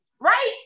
Right